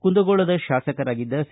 ಕುಂದಗೋಳದ ಶಾಸಕರಾಗಿದ್ದ ಸಿ